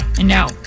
no